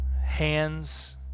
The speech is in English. hands